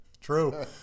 true